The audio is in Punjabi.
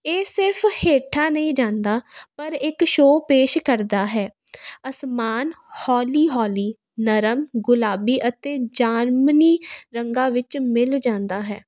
ਇਹ ਸਿਰਫ ਹੇਠਾਂ ਨਹੀਂ ਜਾਂਦਾ ਪਰ ਇੱਕ ਸ਼ੋਅ ਪੇਸ਼ ਕਰਦਾ ਹੈ ਅਸਮਾਨ ਹੌਲੀ ਹੌਲੀ ਨਰਮ ਗੁਲਾਬੀ ਅਤੇ ਜਾਮਨੀ ਰੰਗਾਂ ਵਿੱਚ ਮਿਲ ਜਾਂਦਾ ਹੈ